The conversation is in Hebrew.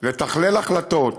לתכלל החלטות,